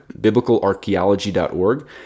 Biblicalarchaeology.org